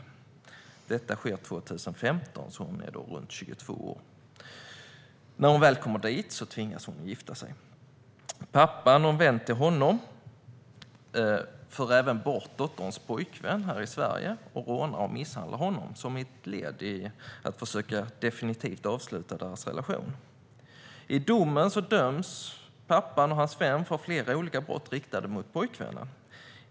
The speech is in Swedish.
Detta sker 2015, så hon är då runt 22 år. När hon väl kommer dit tvingas hon att gifta sig. Pappan och en vän till honom för även bort dotterns pojkvän här i Sverige och rånar och misshandlar honom som ett led i att definitivt försöka avsluta deras relation. I domen döms pappan och hans vän för flera olika brott riktade mot pojkvännen.